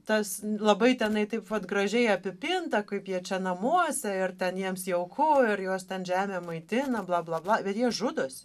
tas labai tenai taip vat gražiai apipinta kaip jie čia namuose ir ten jiems jauku ir juos ten žemė maitina bla bla bla ir jie žudosi